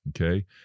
Okay